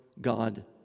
God